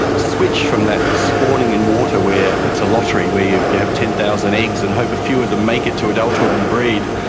switch from that spawning in water where it's a lottery, where you you have ten thousand eggs and hope a few of them make it to adulthood and breed,